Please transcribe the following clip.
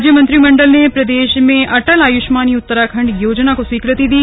राज्य मंत्रिमण्डल ने प्रदे में अटल आयुष्मान उत्तराखण्ड योजना को स्वीकृति दी